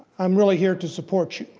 i'm really here to support you.